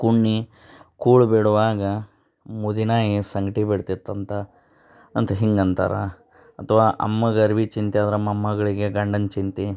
ಕುನ್ನಿ ಕೂಳು ಬೇಡುವಾಗ ಮುದಿನಾಯಿ ಸಂಗ್ತಿ ಬೇಡ್ತಿತ್ತು ಅಂತ ಅಂತ ಹಿಂಗೆ ಅಂತಾತೆ ಅಥವಾ ಅಮ್ಮಗೆ ಅರ್ವೆ ಚಿಂತೆ ಆದ್ರೆ ಮೊಮ್ಮಗಳಿಗೆ ಗಂಡನ ಚಿಂತೆ